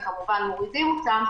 וכמובן שמורידים אותם,